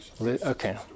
Okay